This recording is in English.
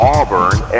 Auburn